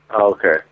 Okay